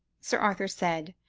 sir arthur said,